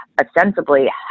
ostensibly